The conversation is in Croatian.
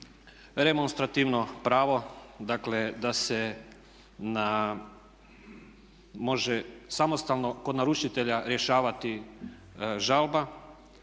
remonstrativno pravo, dakle da se na može samostalno kod naručitelja rješavati žalba,